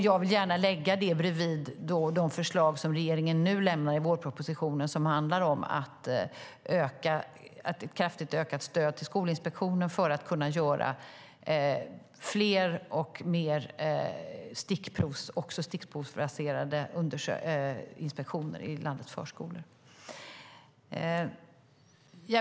Jag vill gärna lägga det bredvid de förslag som regeringen lämnar i vårpropositionen om kraftigt ökat stöd till Skolinspektionen för att de ska kunna göra fler stickprovsinspektioner i landets förskolor.